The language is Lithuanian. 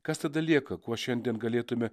kas tada lieka kuo šiandien galėtume